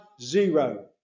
zero